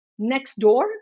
Nextdoor